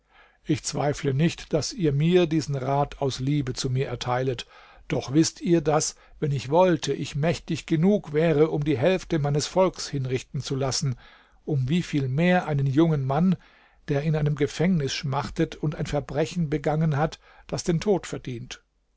ich zweifle nicht daß ihr mir diesen rat aus liebe zu mir erteilet doch wißt ihr daß wenn ich wollte ich mächtig genug wäre um die hälfte meines volks hinrichten zu lassen um wieviel mehr einen jungen mann der in einem gefängnis schmachtet und ein verbrechen begangen hat das den tod verdient